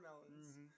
watermelons